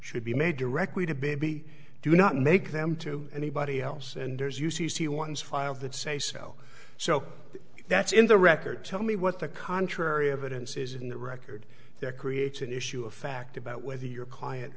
should be made directly to baby do not make them to anybody else and there's u c c ones filed that say so so that's in the record tell me what the contrary evidence is in the record there creates an issue of fact about whether your client